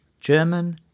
German